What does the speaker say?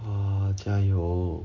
!wah! 加油